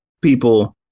people